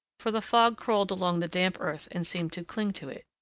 for the fog crawled along the damp earth and seemed to cling to it.